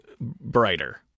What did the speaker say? brighter